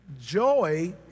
Joy